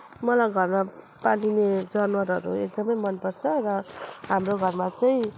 मलाई घरमा पालिने जनावरहरू एकदमै मनपर्छ र हाम्रो घरमा चाहिँ